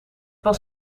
was